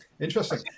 Interesting